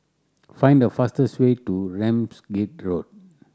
find the fastest way to Ramsgate Road